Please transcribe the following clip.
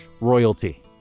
royalty